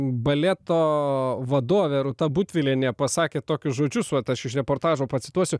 baleto vadovė rūta butvilienė pasakė tokius žodžius vat aš iš reportažo pacituosiu